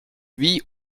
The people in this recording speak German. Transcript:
wie